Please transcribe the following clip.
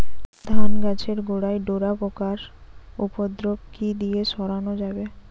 ধান গাছের গোড়ায় ডোরা পোকার উপদ্রব কি দিয়ে সারানো যাবে?